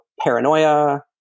paranoia